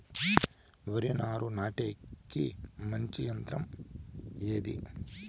వరి నారు నాటేకి మంచి యంత్రం ఏది?